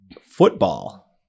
football